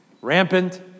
Rampant